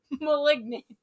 Malignant